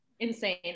insane